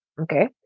okay